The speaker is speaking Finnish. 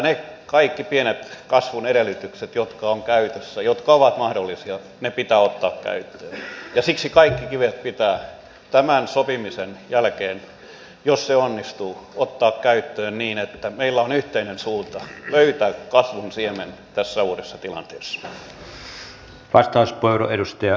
ne kaikki pienet kasvun edellytykset jotka ovat käytössä jotka ovat mahdollisia pitää ottaa käyttöön ja siksi kaikki keinot pitää tämän sopimisen jälkeen jos se onnistuu ottaa käyttöön niin että meillä on yhteinen suunta löytää kasvun siemen tässä uudessa tilanteessa